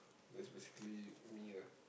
that's basically me ah